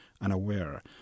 unaware